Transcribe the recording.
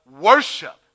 worship